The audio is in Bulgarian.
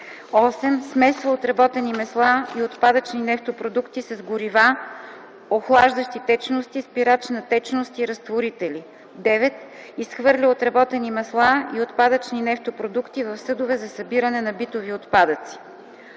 8. смесва отработени масла и отпадъчни нефтопродукти с горива, охлаждащи течности, спирачна течност и разтворители; 9. изхвърля отработени масла и отпадъчни нефтопродукти в съдове за събиране на битови отпадъци.”